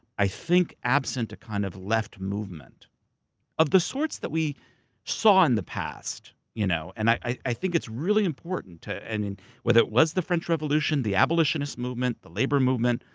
i think absent to kind of left movement of the sorts that we saw in the past. you know and i i think it's really important to. and whether it was the french revolution, the abolitionist movement, the labor movement,